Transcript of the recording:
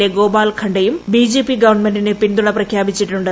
A Gopal ഖണ്ഡയും BJP ഗവൺമെന്റിന് പിന്തുണ പ്രഖ്യാപിച്ചിട്ടുണ്ട്